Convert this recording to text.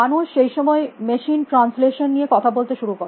মানুষ সেই সময়ে মেশিন ট্রান্সলেশন নিয়ে কথা বলতে শুরু করে